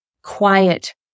quiet